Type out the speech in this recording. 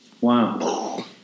Wow